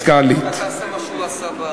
יושב-ראש הקואליציה,